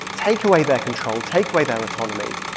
take away their control, take away their autonomy.